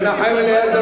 פתאום מעניין אותך בג"ץ,